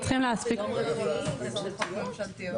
קריאות --- יום רביעי אין הצעות חוק ממשלתיות.